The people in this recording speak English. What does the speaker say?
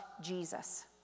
Jesus